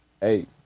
Hey